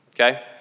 okay